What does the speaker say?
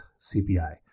CPI